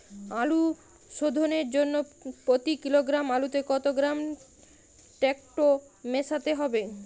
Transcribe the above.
আলু শোধনের জন্য প্রতি কিলোগ্রাম আলুতে কত গ্রাম টেকটো মেশাতে হবে?